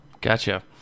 Gotcha